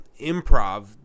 improv